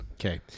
Okay